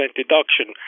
deduction